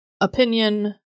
opinion